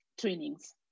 trainings